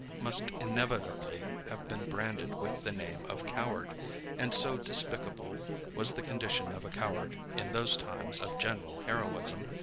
must inevitably have been branded with the name of coward and, so despicable was the condition of a coward, in those times of general heroism,